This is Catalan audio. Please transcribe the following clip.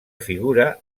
figura